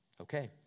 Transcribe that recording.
Okay